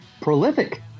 prolific